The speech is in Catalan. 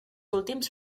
últims